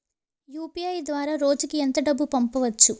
UPI ద్వారా రోజుకి ఎంత డబ్బు పంపవచ్చు?